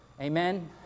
Amen